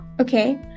okay